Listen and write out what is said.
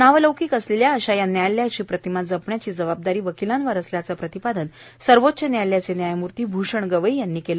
नावलौकीक असलेल्या अशा या न्यायालयाची प्रतिमा जपण्याची जबाबदारी वकीलांवर असल्याचे प्रतिपादन सर्वोच्च न्यायालयाचे न्यायमूर्ती भूषण गवई यांनी केले